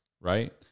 right